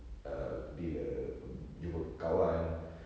err bila mm jumpa kawan